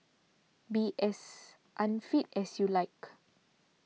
be as unfit as you like